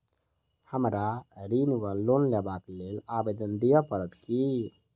हमरा ऋण वा लोन लेबाक लेल आवेदन दिय पड़त की?